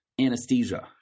anesthesia